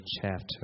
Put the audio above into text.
chapter